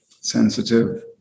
sensitive